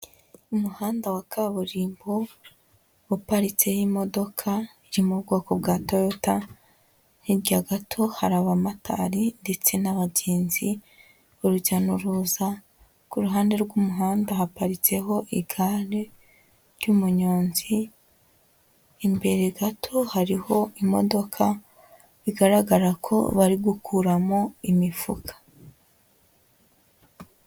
Umuhanda wa kaburimbo uparitseho imodoka yo mu bwoko bwa Toyota, hirya gato hari abamotari ndetse n'abagenzi b'rujya n'uruza, ku ruhande rw'umuhanda haparitseho igare ry'umunyonzi, imbere gato hariho imodoka bigaragara ko bari gukuramo imifuka.